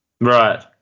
Right